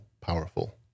powerful